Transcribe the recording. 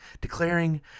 declaring